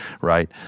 right